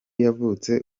yavutse